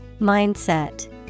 Mindset